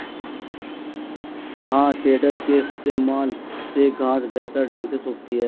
है टेडर के इस्तेमाल से घांस बेहतर ढंग से सूखती है